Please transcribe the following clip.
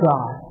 God